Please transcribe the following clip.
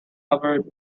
covered